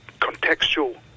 contextual